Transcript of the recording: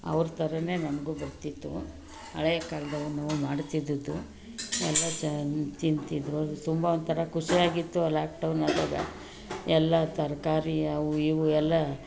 ಅವ್ರ ಥರನೇ ನನಗೂ ಬರ್ತಿತ್ತು ಹಳೆ ಕಾಲದವೂನು ಮಾಡ್ತಿದ್ದಿದ್ದು ಎಲ್ಲ ಚ್ ತಿಂತಿದ್ದರು ತುಂಬ ಒಂಥರ ಖುಷಿ ಆಗಿತ್ತು ಲಾಕ್ ಟೌನ್ ಆದಾಗ ಎಲ್ಲ ತರಕಾರಿ ಅವು ಇವು ಎಲ್ಲ